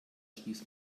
stieß